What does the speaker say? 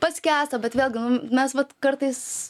paskęsta bet vėlgi mes vat kartais